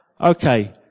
okay